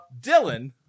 Dylan